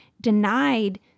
denied